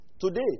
Today